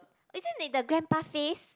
isn't it the grandpa face